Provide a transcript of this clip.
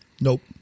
Nope